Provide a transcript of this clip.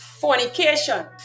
Fornication